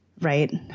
right